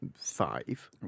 Five